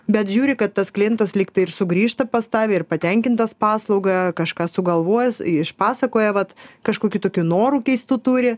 bet žiūri kad tas klientas lygtai ir sugrįžta pas tave ir patenkintas paslauga kažką sugalvojęs išpasakoja vat kažkokių tokių norų keistų turi